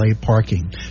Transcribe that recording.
Parking